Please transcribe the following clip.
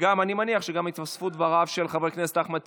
מתן זכות לעבודה חלקית),